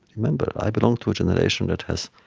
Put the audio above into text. remember, i belong to a generation that has